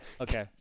Okay